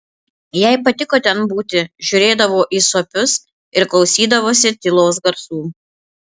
jai patiko ten būti žiūrėdavo į suopius ir klausydavosi tylos garsų